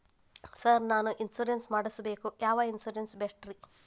Sir ನಾನು insurance ಮಾಡಿಸಬೇಕು ಯಾವ ಇನ್ಶೂರೆನ್ಸ್ ಬೆಸ್ಟ್ರಿ?